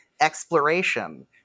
exploration